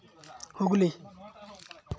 Hooghly